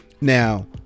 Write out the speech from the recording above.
Now